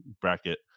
bracket